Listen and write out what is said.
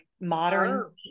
modern